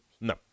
No